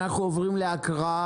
אנחנו עוברים להקראה.